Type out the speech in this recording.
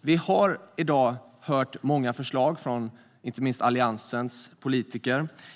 Vi har i dag hört många förslag från inte minst Alliansens politiker.